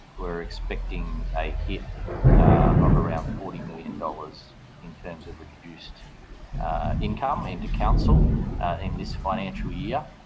we are expecting a hit of around forty million dollars in terms of reduced income into council in this financial year,